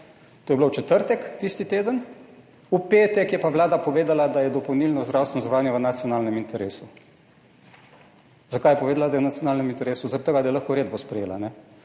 To je bilo v četrtek tisti teden, v petek je pa Vlada povedala, da je dopolnilno zdravstveno zavarovanje v nacionalnem interesu. Zakaj je povedala, da je v nacionalnem interesu? Zaradi tega, da je lahko uredbo sprejela.